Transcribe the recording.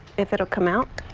if it will come out.